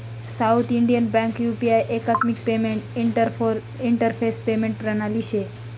south Indian Bank UP एकात्मिक payment interface payment प्रणाली शे